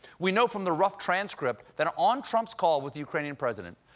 we know from the rough transcript that on trump's call with the ukrainian president,